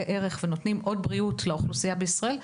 ערך ונותנים עוד בריאות לאוכלוסייה בישראל,